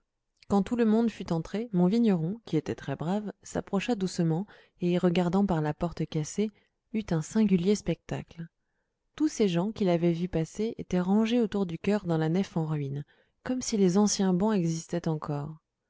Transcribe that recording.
quand tout le monde fut entré mon vigneron qui était très brave s'approcha doucement et regardant par la porte cassée eut un singulier spectacle tous ces gens qu'il avait vus passer étaient rangés autour du chœur dans la nef en ruine comme si les anciens bancs existaient encore